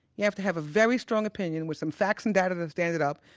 you have to have a very strong opinion with some facts and data to stand it up,